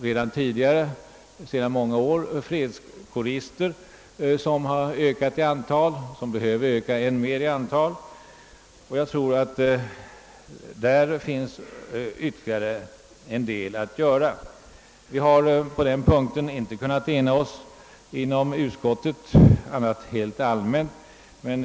Sedan många år har vi fredskårister. Dessa har ökat i antal, och de behöver öka än mer i antal. Jag tror att det även på detta område finns ytterligare en del att göra. Vi har på den punkten inte kunnat ena oss inom utskottet annat än helt allmänt.